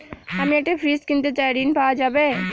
আমি একটি ফ্রিজ কিনতে চাই ঝণ পাওয়া যাবে?